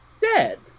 Dead